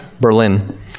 Berlin